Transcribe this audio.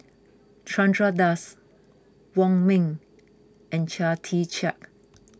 Chandra Das Wong Ming and Chia Tee Chiak